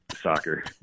soccer